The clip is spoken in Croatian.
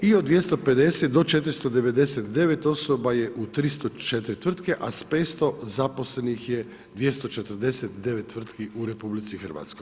I od 250-499 osoba je u 304 tvrtke, a s 500 zaposlenih je 249 tvrtki u RH.